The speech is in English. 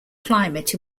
climate